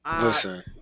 Listen